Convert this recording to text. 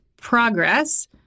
progress